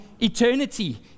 eternity